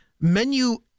menu